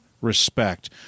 respect